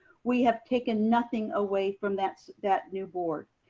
we have taken nothing away from that that new board.